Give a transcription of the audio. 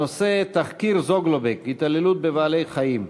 הנושא הוא: תחקיר "זוגלובק": התעללות בבעלי-חיים.